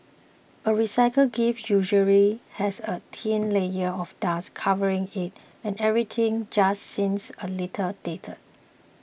a recycled gift usually has a thin layer of dust covering it and everything just seems a little dated